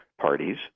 parties